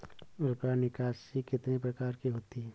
रुपया निकासी कितनी प्रकार की होती है?